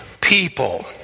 people